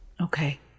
Okay